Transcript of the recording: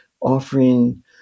offering